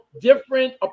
different